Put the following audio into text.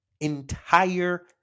entire